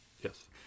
Yes